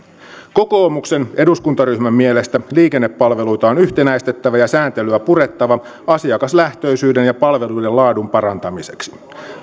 kokoomuksen eduskuntaryhmän mielestä liikennepalveluita on yhtenäistettävä ja sääntelyä purettava asiakaslähtöisyyden ja palveluiden laadun parantamiseksi